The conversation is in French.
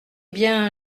bien